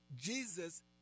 Jesus